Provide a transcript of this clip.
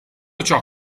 ciò